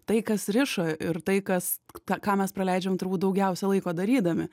tai kas rišo ir tai kas ką ką mes praleidžiam turbūt daugiausia laiko darydami